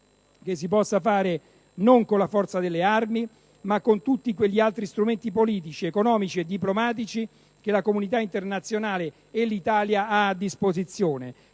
si possa fare non con la forza delle armi, ma con tutti quegli altri strumenti politici, economici e diplomatici che la comunità internazionale, e l'Italia, ha a disposizione.